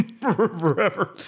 Forever